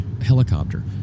helicopter